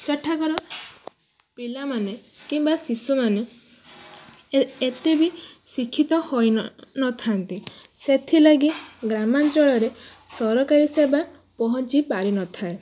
ସେଠାକାର ପିଲାମାନେ କିମ୍ବା ଶିଶୁମାନେ ଏ ଏତେ ବି ଶିକ୍ଷିତ ହୋଇ ନଥାନ୍ତି ସେଥିଲାଗି ଗ୍ରାମାଞ୍ଚଳରେ ସରକାରୀ ସେବା ପହଞ୍ଚି ପାରି ନଥାଏ